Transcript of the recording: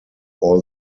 all